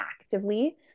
actively